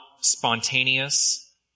spontaneous